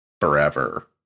forever